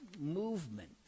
movement